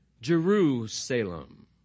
Jerusalem